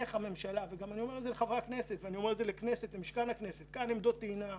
אני אומר את זה גם לחברי הכנסת ולמשכן הכנסת: שימו עמדות טעינה.